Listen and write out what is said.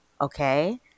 Okay